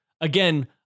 again